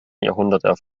jahrhundert